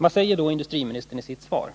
Vad säger då industriministern i sitt svar?